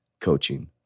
coaching